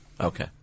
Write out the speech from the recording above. Okay